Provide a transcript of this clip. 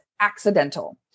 accidental